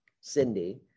cindy